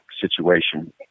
situation